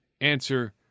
Answer